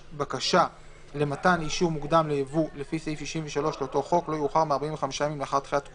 שחלפו ארבע שנים ממועד נתינתו